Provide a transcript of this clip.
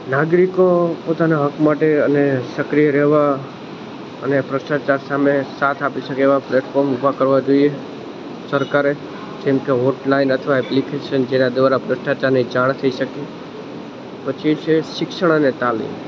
નાગરિકો પોતાના હક માટે અને સક્રિય રહેવા અને ભ્રષ્ટાચાર સામે સાથ આપી શકે એવા પ્લેટફોર્મ ઊભા કરવા જોઈએ સરકારે જેમ કે હોટલાઈન અથવા એપ્લિકેશન જેના દ્વારા ભ્રષ્ટાચારની જાણ થઈ શકી પછી છે શિક્ષણ અને તાલીમ